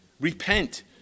repent